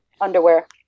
underwear